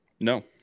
No